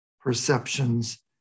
perceptions